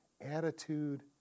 attitude